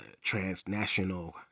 transnational